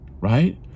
right